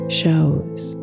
shows